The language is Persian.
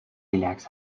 ریلکس